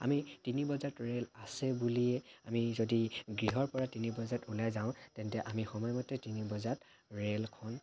আমি তিনি বজাত ৰেইল আছে বুলিয়ে আমি যদি গৃহৰ পৰা তিনি বজাত ওলাই যাওঁ তেন্তে আমি সময়মতে তিনি বজাত ৰেইলখন